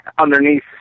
underneath